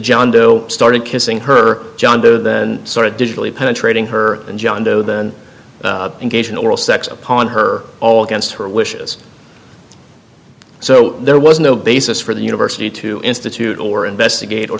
john doe started kissing her john doe then sort of digitally penetrating her and john doe then engage in oral sex upon her all against her wishes so there was no basis for the university to institute or investigate or